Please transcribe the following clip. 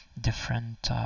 different